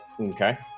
Okay